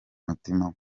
mutima